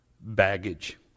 baggage